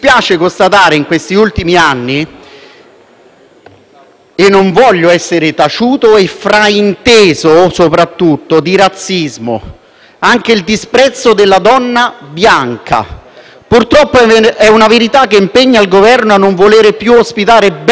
e non voglio essere tacciato di razzismo o frainteso in questo senso - anche il disprezzo della donna bianca. Purtroppo è una verità che impegna il Governo a non voler più ospitare bestie che uccidono senza pietà e senza paura